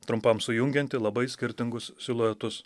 trumpam sujungianti labai skirtingus siluetus